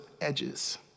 edges